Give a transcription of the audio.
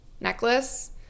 necklace